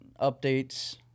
updates